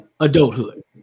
Adulthood